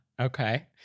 Okay